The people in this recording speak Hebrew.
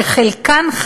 שחלקן,